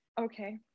okay